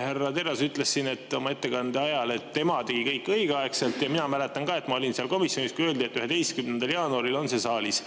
Härra Terras ütles siin oma ettekande ajal, et tema tegi kõik õigeaegselt, ja mina mäletan ka, ma olin seal komisjonis, kui öeldi, et 11. jaanuaril on see saalis.